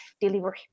delivery